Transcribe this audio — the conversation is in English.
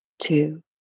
two